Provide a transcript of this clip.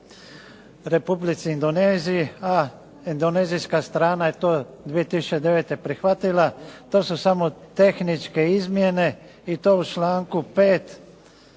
Republici Indoneziji, a Indonezijska strana je to 2009. prihvatila. To su samo tehničke izmjene i to u članku 5.